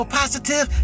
positive